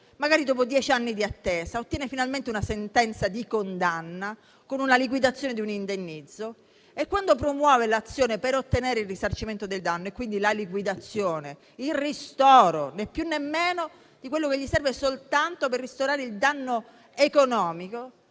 magari dopo dieci anni di attesa, ottiene finalmente una sentenza di condanna con liquidazione di un indennizzo e, quando promuove l'azione per ottenere il risarcimento del danno (ossia, la liquidazione, il ristoro, né più né meno di quello che gli serve soltanto per ristorare il danno economico),